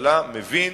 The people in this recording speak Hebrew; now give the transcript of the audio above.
שבממשלה מבין